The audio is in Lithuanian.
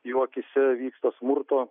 jų akyse vyksta smurto